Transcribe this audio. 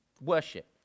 Worship